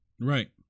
Right